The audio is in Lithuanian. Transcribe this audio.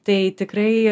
tai tikrai